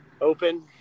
open